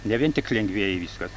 ne vien tik lengvieji viskas